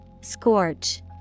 Scorch